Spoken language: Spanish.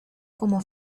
como